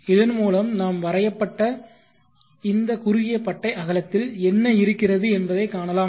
இதன் மூலம் நாம் வரையப்பட்ட இந்த குறுகிய பட்டை அகலத்தில் என்ன இருக்கிறது என்பதைக் காணலாம்